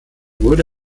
wurde